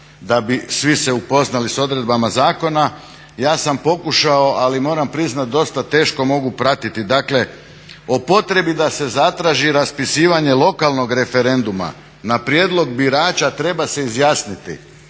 da bi svi se upoznali sa odredbama zakona. Ja sam pokušao, ali moram priznati dosta teško mogu pratiti. Dakle, o potrebi da se zatraži raspisivanje lokalnog referenduma na prijedlog birača treba se izjasniti